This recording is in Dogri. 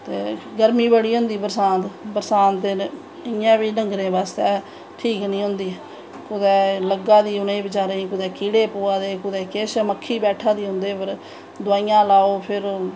ते गर्मी बड़ी होंदी बरसांत बरसांत बेल्लै इयां बी डंगरें बास्तै ठीक नी होंदी कुदै लग्गा दा उनेंगी बचैरें गी कुदै कीड़े पवा दे कुदै किश मक्खी बैठा दी उंदे पर दवाईयां लाओ फिर